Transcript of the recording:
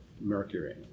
mercury